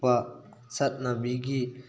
ꯄ ꯆꯠꯅꯕꯤꯒꯤ